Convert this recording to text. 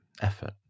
effort